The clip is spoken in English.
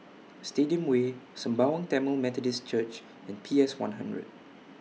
Stadium Way Sembawang Tamil Methodist Church and P S one hundred